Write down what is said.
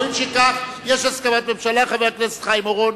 הואיל וכך, יש הסכמת ממשלה, חבר הכנסת חיים אורון